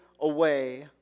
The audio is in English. away